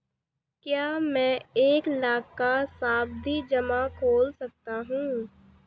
क्या मैं एक लाख का सावधि जमा खोल सकता हूँ?